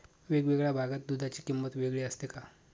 वेगवेगळ्या भागात दूधाची किंमत वेगळी असते का?